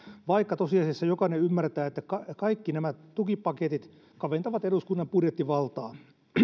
vaikka tosiasiassa jokainen ymmärtää että kaikki nämä tukipaketit kaventavat eduskunnan budjettivaltaa